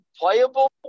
playable